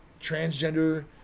transgender